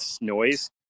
Noise